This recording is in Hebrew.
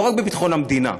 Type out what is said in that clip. לא רק בביטחון המדינה.